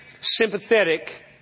sympathetic